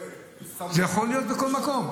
--- זה יכול להיות בכל מקום,